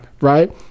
Right